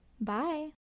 Bye